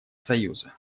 союза